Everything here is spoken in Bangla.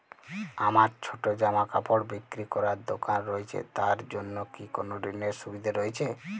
আমার ছোটো জামাকাপড় বিক্রি করার দোকান রয়েছে তা এর জন্য কি কোনো ঋণের সুবিধে রয়েছে?